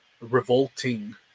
revolting